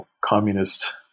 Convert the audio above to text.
communist